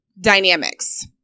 dynamics